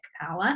power